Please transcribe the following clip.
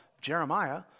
Jeremiah